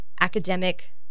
academic